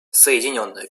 соединенное